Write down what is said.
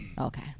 Okay